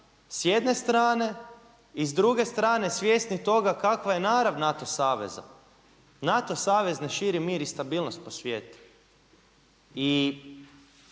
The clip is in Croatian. s jedne strane i s druge strane svjesni toga kakva je narav NATO saveza. NATO savez ne širi mir i stabilnost po svijetu. I